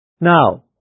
Now